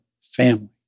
family